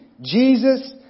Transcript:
Jesus